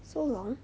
so long